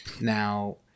now